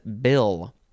bill